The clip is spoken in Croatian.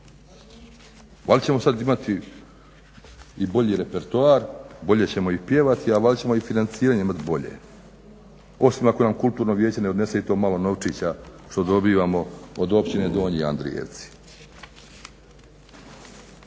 Valjda ćemo sad imati i bolji repertoar, bolje ćemo i pjevati, a valjda ćemo i financiranje imat bolje. Osim ako nam kulturno vijeće ne odnese i to malo novčića što dobivamo od općine Donji Andrijevci.